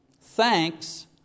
Thanks